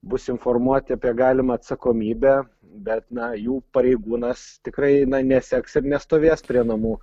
bus informuoti apie galimą atsakomybę bet na jų pareigūnas tikrai na neseks ir nestovės prie namų